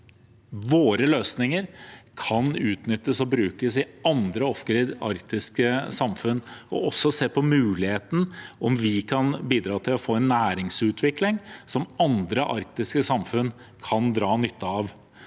våre løsninger kan utnyttes og brukes i andre arktiske «off-grid»-samfunn, og også se på muligheten for at vi kan bidra til å få en næringsutvikling som andre arktiske samfunn kan dra nytte av.